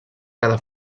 cada